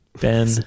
Ben